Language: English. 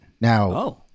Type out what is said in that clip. Now